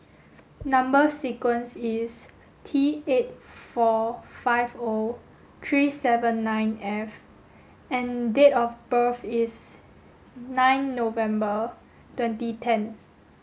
number sequence is T eight four five O three seven nine F and date of birth is nine November twenty ten